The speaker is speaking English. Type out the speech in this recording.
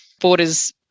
Borders